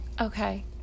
Okay